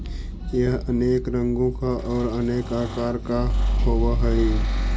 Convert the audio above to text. यह अनेक रंगों का और अनेक आकार का होव हई